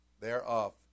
thereof